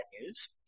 news